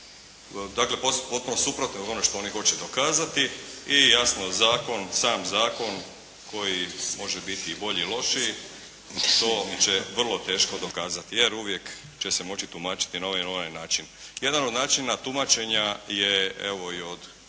dakle potpuno suprotni od onog što oni hoće dokazati i jasno zakon, sam zakon koji može biti i bolji i lošiji to će vrlo teško dokazati. Jer uvijek će se moći tumačiti na ovaj ili onaj način. Jedan od načina tumačenja je evo i od